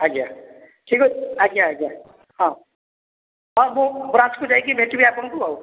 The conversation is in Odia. ଆଜ୍ଞା ଠିକ୍ ଅଛି ଆଜ୍ଞା ଆଜ୍ଞା ହଁ ହଁ ମୁଁ ବ୍ରାଞ୍ଚକୁ ଯାଇକି ଭେଟିବି ଆପଣଙ୍କୁ ଆଉ